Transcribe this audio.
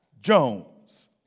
Jones